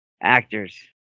actors